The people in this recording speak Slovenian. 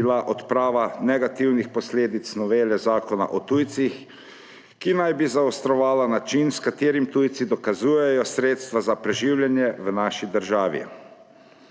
bila odprava negativnih posledic novele Zakona o tujcih, ki naj bi zaostrovala način, s katerim tujci dokazujejo sredstva za preživljanje v naši državi.